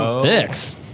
Six